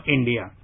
India